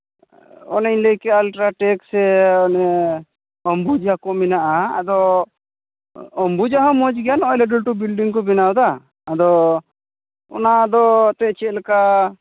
ᱚᱱᱮᱧ ᱞᱟᱹᱭ ᱠᱮᱫ ᱟᱞᱴᱨᱟᱴᱮᱠ ᱥᱮ ᱚᱱᱮ ᱚᱢᱵᱩᱡᱟ ᱠᱚ ᱢᱮᱱᱟᱜᱼᱟ ᱟᱫᱚ ᱚᱢᱵᱩᱡᱟ ᱦᱚᱸ ᱢᱚᱡᱽ ᱜᱮᱭᱟ ᱱᱚᱜᱼᱚᱸᱭ ᱞᱟᱹᱴᱩ ᱞᱟᱹᱴᱩ ᱵᱤᱞᱰᱤᱝ ᱠᱚ ᱵᱮᱱᱟᱣᱫᱟ ᱟᱫᱚ ᱚᱱᱟ ᱫᱚ ᱮᱱᱛᱮᱫ ᱪᱮᱫ ᱞᱮᱠᱟ